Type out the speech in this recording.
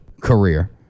career